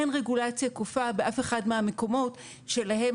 אין רגולציה כופה באף אחד מהמקומות שאליהם